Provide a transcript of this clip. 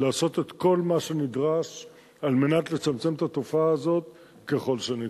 לעשות את כל מה שנדרש על מנת לצמצם את התופעה הזאת ככל שניתן.